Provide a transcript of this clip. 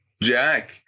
Jack